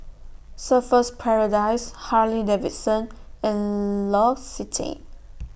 Surfer's Paradise Harley Davidson and L'Occitane